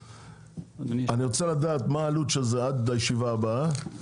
אני רוצה לדעת מה העלות של זה עד לישיבה הבאה.